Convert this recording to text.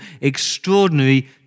extraordinary